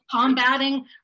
combating